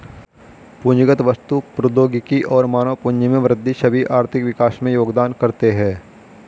पूंजीगत वस्तु, प्रौद्योगिकी और मानव पूंजी में वृद्धि सभी आर्थिक विकास में योगदान करते है